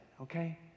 okay